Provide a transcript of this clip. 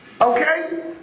Okay